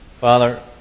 Father